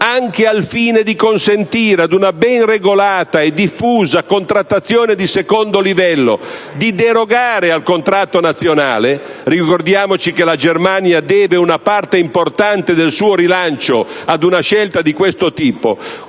anche al fine di consentire ad una ben regolata e diffusa contrattazione di secondo livello di derogare al contratto nazionale (ricordiamoci che la Germania deve una parte importante del suo rilancio ad una scelta di questo tipo),